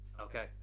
Okay